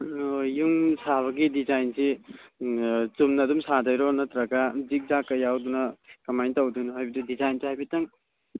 ꯌꯨꯝ ꯁꯥꯕꯒꯤ ꯗꯤꯖꯥꯏꯟꯁꯤ ꯆꯨꯝꯅ ꯑꯗꯨꯝ ꯁꯥꯒꯗꯣꯏꯔꯣ ꯅꯠꯇ꯭ꯔꯒ ꯖꯤꯛꯖꯥꯛꯀ ꯌꯥꯎꯗꯅ ꯀꯃꯥꯏꯅ ꯇꯧꯗꯣꯏꯅꯣ ꯍꯥꯏꯕꯗꯤ ꯗꯤꯖꯥꯏꯟꯁꯦ ꯍꯥꯏꯐꯦꯠꯇꯪ